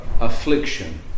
affliction